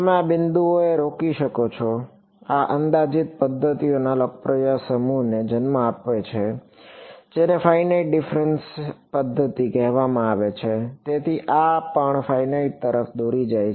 તમે આ બિંદુએ રોકી શકો છો અને આ અંદાજિત પદ્ધતિઓના લોકપ્રિય સમૂહને જન્મ આપે છે જેને ફાઇનાઇટ ડિફફરેન્સ પદ્ધતિઓ કહેવામાં આવે છે તેથી આ પણ ફાઈનાઈટ તરફ દોરી જાય છે